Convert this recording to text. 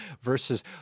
versus